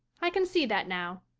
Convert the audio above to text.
i can see that now.